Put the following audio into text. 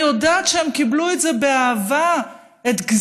אני יודעת שהם קיבלו באהבה את זה,